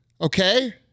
okay